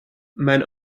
mijn